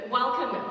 welcome